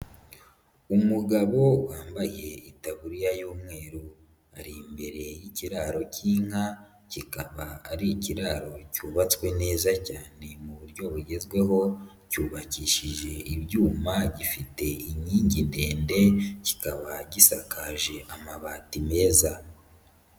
Umugabo wambaye itaburiya y'umweru ari imbere y'ikiraro cy'inka, kikaba ari ikiraro cyubatswe neza cyane mu buryo bugezweho, cyubakishije ibyuma gifite inkingi ndende kikaba gisakaje amabati meza.